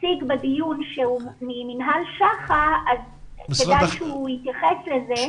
נציג בדיון שהוא ממינהל שח"א אז כדאי שהוא יתייחס לזה.